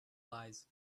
lies